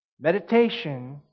Meditation